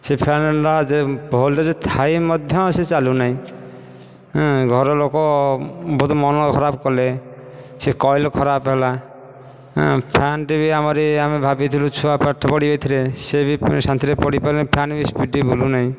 ସେ ଫ୍ୟାନ ହେଲା ଯେ ଭୋଲ୍ଟେଜ ଥାଇ ମଧ୍ୟ ସେ ଚାଲୁନାହିଁ ଘର ଲୋକ ବହୁତ ମନ ଖରାପ କଲେ ସେ କୟଲ୍ ଖରାପ ହେଲା ଫ୍ୟାନଟି ବି ଆମରି ଆମେ ଭାବିଥିଲୁ ଛୁଆ ପାଠ ପଢ଼ିବେ ଏଥିରେ ସେ ବି ଶାନ୍ତିରେ ପଢ଼ି ପାରୁନି ଫ୍ୟାନ ବି ସ୍ପିଡ଼ି ବୁଲୁନାହିଁ